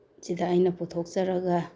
ꯁꯤꯗ ꯑꯩꯅ ꯄꯨꯊꯣꯛꯆꯔꯒ